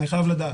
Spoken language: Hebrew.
אני חייב לדעת.